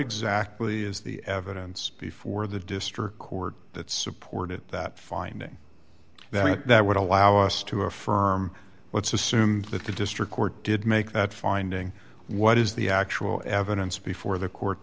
exactly is the evidence before the district court that supported that finding then that would allow us to affirm let's assume that the district court did make that finding what is the actual evidence before the court